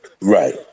Right